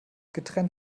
getrennt